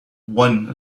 one